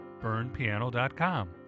burnpiano.com